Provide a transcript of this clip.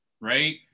right